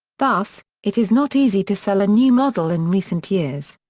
thus, it is not easy to sell a new model in recent years.